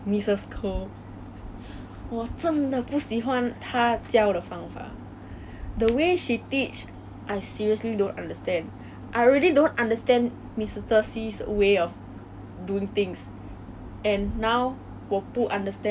所以 what missus koh 叫我们做的每次都是做那些 exercises 每个时候 hor every class lesson is always own time own target it's always doing